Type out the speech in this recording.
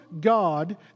God